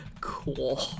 cool